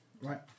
Right